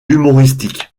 humoristiques